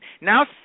Now